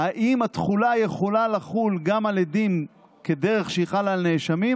אם התחולה יכולה להיות גם על עדים כדרך שהיא חלה על נאשמים,